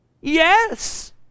Yes